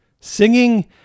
Singing